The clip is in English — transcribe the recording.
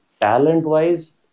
talent-wise